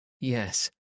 yes